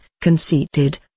conceited